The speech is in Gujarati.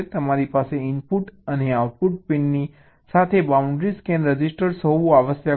તમારી પાસે ઇનપુટ અને આઉટપુટ પિનની સાથે બાઉન્ડ્રી સ્કેન રજિસ્ટર હોવું આવશ્યક છે